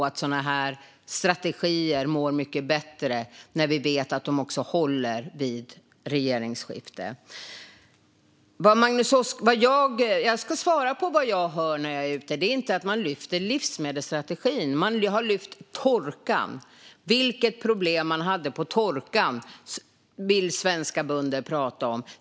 Jag tror att strategier som denna alltid mår mycket bättre när man vet att de håller vid regeringsskiften. Jag ska svara på vad jag hör när jag är ute. Folk lyfter inte fram livsmedelsstrategin, utan man har tagit upp torkan och vilka problem man hade då. Det är vad svenska bönder vill prata om.